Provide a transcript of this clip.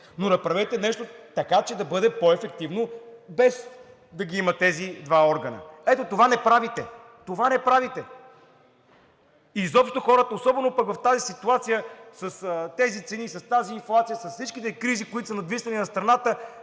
но направете нещо така, че да бъде по-ефективно, без да ги има тези два органа. Ето това не правите. Това не правите! Изобщо хората, особено пък в тази ситуация – с тези цени, с тази инфлация, с всичките кризи, които са надвиснали над страната,